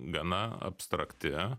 gana abstrakti